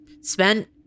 spent